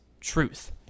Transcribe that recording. truth